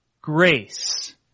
grace